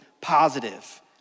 positive